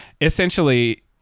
essentially